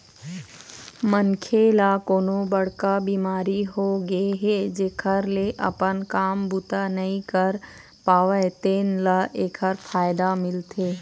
मनखे ल कोनो बड़का बिमारी होगे हे जेखर ले अपन काम बूता नइ कर पावय तेन ल एखर फायदा मिलथे